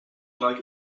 like